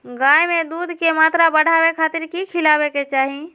गाय में दूध के मात्रा बढ़ावे खातिर कि खिलावे के चाही?